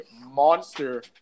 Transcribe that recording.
monster